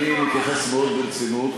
אני מתייחס מאוד ברצינות,